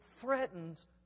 threatens